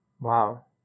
Wow